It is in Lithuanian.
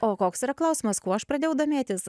o koks yra klausimas kuo aš pradėjau domėtis